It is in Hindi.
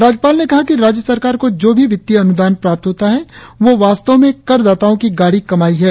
राज्यपाल ने कहा कि राज्य सरकार को जो भी वित्तीय अनुदान प्राप्त होता है वो वास्तव में कर दाताओं की गाढ़ी कमाई है